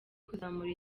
kuzamura